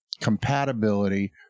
compatibility